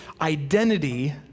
identity